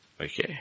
okay